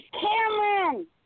Cameron